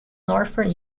northern